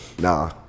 Nah